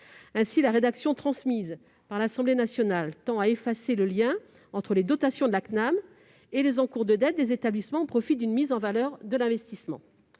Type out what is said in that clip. Ainsi la rédaction transmise par l'Assemblée nationale tend-elle à effacer le lien entre les dotations de la CNAM et les encours de dette des établissements au profit d'une mise en valeur de l'investissement.